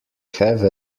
have